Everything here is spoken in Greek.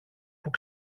που